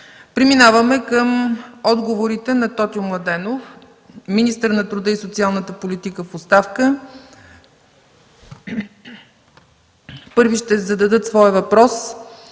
Преминаваме към отговорите на Тотю Младенов, министър на труда и социалната политика в оставка. Първи ще зададат своя въпрос